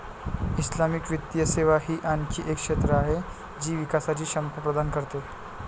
Islamic वित्तीय सेवा ही आणखी एक क्षेत्र आहे जी विकासची क्षमता प्रदान करते